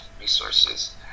resources